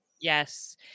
Yes